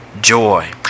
joy